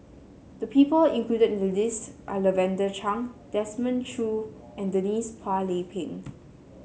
the people included in the list are Lavender Chang Desmond Choo and Denise Phua Lay Peng